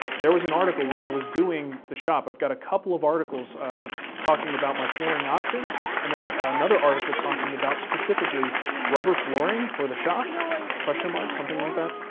there was an article when i was doing the shop. i've got a couple of articles talking about my flooring options and then another article talking about specifically rubber flooring for the shop question mark, something like that,